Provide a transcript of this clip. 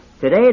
Today